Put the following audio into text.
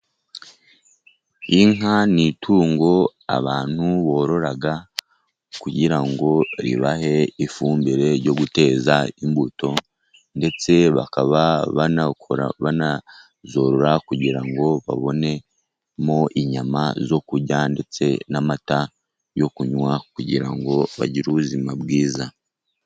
Inka ni itungo abantu borora kugira ngo ribahe ifumbire ryo guteza imbuto, ndetse bakaba banazorora kugira ngo babonemo inyama zo kurya, ndetse n'amata yo kunywa kugira ngo bagire ubuzima bwiza.